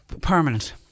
permanent